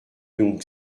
donc